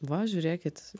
va žiūrėkit